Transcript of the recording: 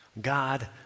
God